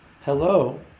Hello